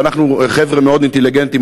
ואנחנו חבר'ה מאוד אינטליגנטים,